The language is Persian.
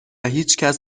هیچکس